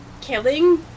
killing